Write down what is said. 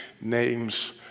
names